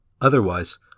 Otherwise